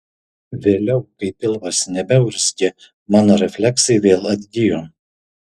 vėliau kai pilvas nebeurzgė mano refleksai vėl atgijo